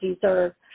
deserve